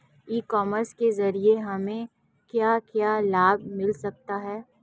ई commerce के ज़रिए हमें क्या क्या लाभ मिल सकता है?